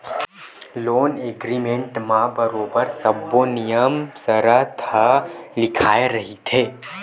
loan agreement म बरोबर सब्बो नियम सरत ह लिखाए रहिथे